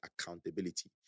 accountability